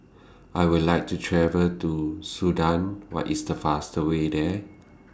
I Will like to travel to Sudan What IS The fast Way There